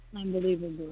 unbelievable